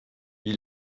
wie